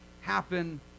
happen